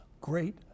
great